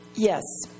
Yes